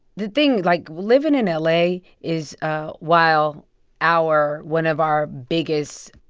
the thing, like, living in l a. is ah while our one of our biggest.